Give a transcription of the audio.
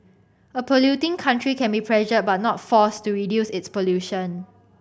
a polluting country can be pressured but not forced to reduce its pollution